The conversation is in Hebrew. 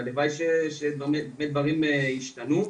הלוואי שדברים ישתנו.